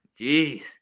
Jeez